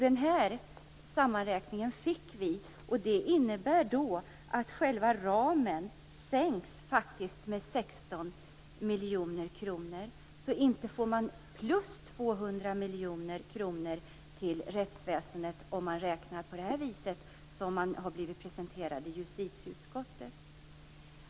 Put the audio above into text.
Den här sammanräkningen fick vi, och den innebär faktiskt att själva ramen sänks med 16 miljoner kronor. Man får alltså inte plus 200 miljoner kronor till rättsväsendet om man räknar på det vis som justitieutskottet har blivit presenterat för.